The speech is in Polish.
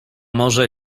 może